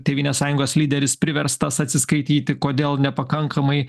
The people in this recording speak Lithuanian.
tėvynės sąjungos lyderis priverstas atsiskaityti kodėl nepakankamai